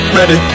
ready